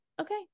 okay